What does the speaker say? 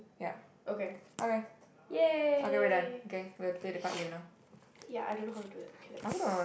okay !yay! ya I don't know how to do it okay let's